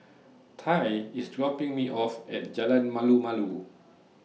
Tye IS dropping Me off At Jalan Malu Malu